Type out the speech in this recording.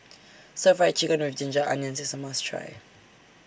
Stir Fry Chicken with Ginger Onions IS A must Try